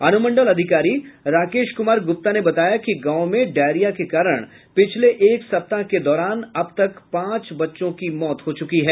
अनुमंडल अधिकारी राकेश कुमार गुप्ता ने बताया कि गांव में डायरिया के कारण पिछले एक सप्ताह के दौरान अबतक पांच बच्चों की मौत हो चुकी है